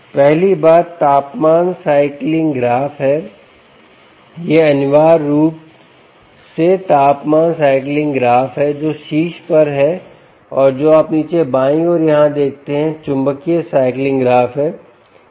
पहली बात तापमान साइकलिंग ग्राफ है यह अनिवार्य रूप सेतापमान सायक्लिंग ग्राफ है जो शीर्ष पर है और जो आप नीचे बाईं ओर यहां देखते हैं चुंबकीय सायक्लिंग ग्राफ है